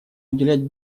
уделять